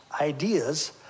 ideas